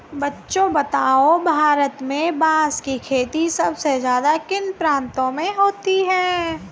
बच्चों बताओ भारत में बांस की खेती सबसे ज्यादा किन प्रांतों में होती है?